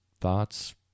thoughts